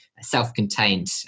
self-contained